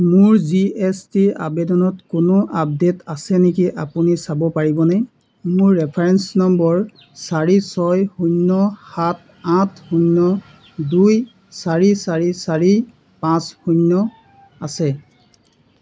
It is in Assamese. মোৰ জি এছ টি আবেদনত কোনো আপডেট আছে নেকি আপুনি চাব পাৰিবনে মোৰ ৰেফাৰেন্স নম্বৰ চাৰি ছয় শূন্য় সাত আঠ শূন্য় দুই চাৰি চাৰি চাৰি পাঁচ শূন্য় আছে